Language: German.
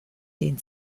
den